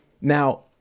Now